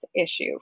issue